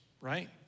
right